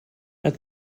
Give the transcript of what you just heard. het